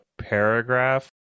paragraph